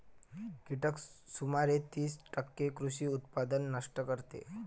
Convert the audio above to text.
कीटक सुमारे तीस टक्के कृषी उत्पादन नष्ट करतात